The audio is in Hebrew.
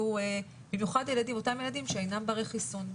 במיוחד אותם ילדים שאינם ברי חיסון,